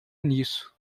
nisso